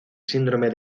síndrome